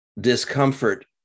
discomfort